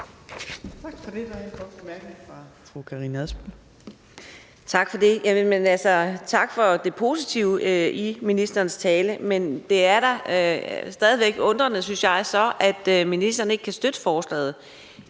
Tak for det, og tak for det positive i ministerens tale. Men det kan da så stadig væk undre, synes jeg, at ministeren ikke kan støtte forslaget.